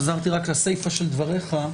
חזרתי רק לסיפא של דבריך,